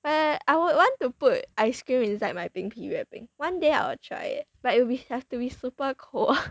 eh I would want to put ice cream inside my 冰皮月饼 one day I will try it but it will be have to be super cold